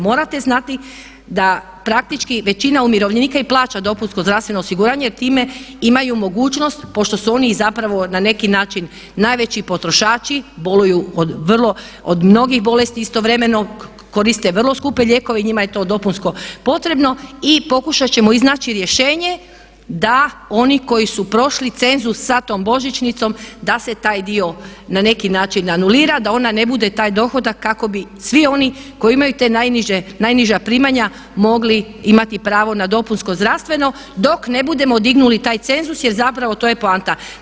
Morate znati da praktički većina umirovljenika i plaća dopunsko zdravstveno osiguranje jer time imaju mogućnost pošto su oni i zapravo na neki način najveći potrošači, boluju od mnogih bolesti istovremeno, koriste vrlo skupe lijekove i njima je to dopunsko potrebno i pokušat ćemo iznaći rješenje da oni koji su prošli cenzus sa tom božićnicom da se taj dio na neki način anulira, da ona ne bude taj dohodak kako bi svi oni koji imaju te najniže, najniža primanja mogli imati pravo na dopunsko zdravstveno dok ne budemo dignuli taj cenzus jer zapravo to je poanta.